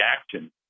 action